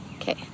Okay